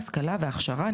השכלה והכשרה,